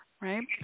right